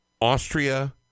Austria